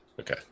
okay